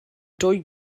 dwy